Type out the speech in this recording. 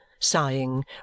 sighing